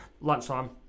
lunchtime